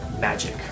magic